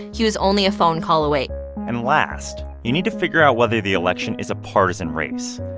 he was only a phone call away and last, you need to figure out whether the election is a partisan race.